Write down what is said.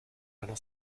einer